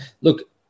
look